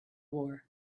war